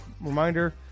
Reminder